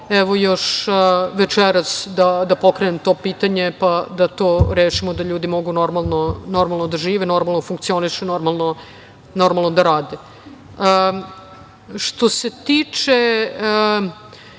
evo još večeras da pokrenem to pitanje, pa da to rešimo, da ljudi mogu normalno da žive, normalno da funkcionišu, normalno da rade. Što se tiče